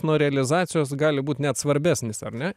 nuo realizacijos gali būt net svarbesnis ar ne